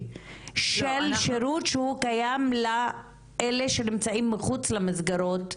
הזה של שירות שקיים לאלה שנמצאים מחוץ למסגרות.